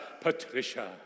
Patricia